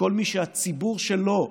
מכל מי שהציבור שלו,